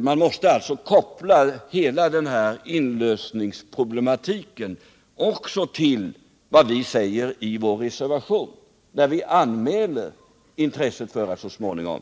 Man måste alltså koppla hela inlösningsproblematiken till vad vi säger i vår reservation. Där anmäler vi intresset att så småningom,